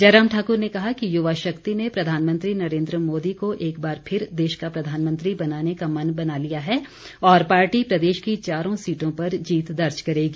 जयराम ठाकुर ने कहा कि युवा शक्ति ने प्रधानमंत्री नरेन्द्र मोदी को एकबार फिर देश का प्रधानमंत्री बनाने का मन बना लिया है और पार्टी प्रदेश की चारों सीटों पर जीत दर्ज करेगी